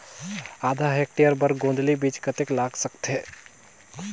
आधा हेक्टेयर बर गोंदली बीच कतेक लाग सकथे?